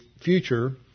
future